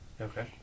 Okay